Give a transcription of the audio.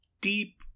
deep